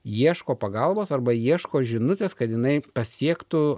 ieško pagalbos arba ieško žinutės kad jinai pasiektų